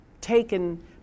taken